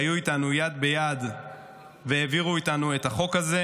שהיו איתנו יד ביד והעבירו איתנו את החוק הזה,